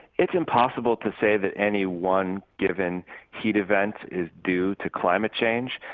it's impossible to say that any one given heat event is due to climate change.